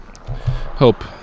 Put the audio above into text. Hope